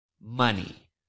money